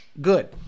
good